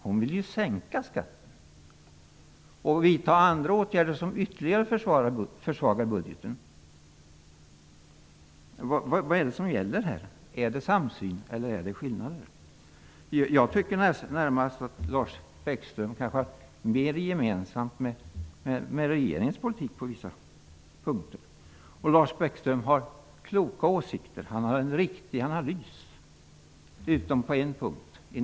Hon vill ju sänka skatten och vidta andra åtgärder som ytterligare försvagar budgeten. Vad är det som gäller? Är det samsyn eller är det skillnader? Jag tycker att Lars Bäckström närmast verkar ha mer gemensamt med regeringens politik på vissa punkter. Lars Bäckström har enligt min mening kloka åsikter och han gör en riktig analys utom på en punkt.